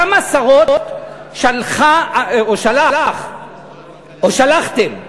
כמה שרות שלחה או שלחתם לממשלה?